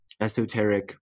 esoteric